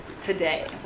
today